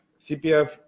CPF